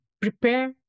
prepare